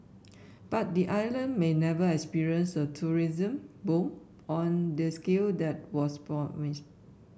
but the island may never experience a tourism boom on the scale that was promised